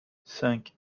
cinq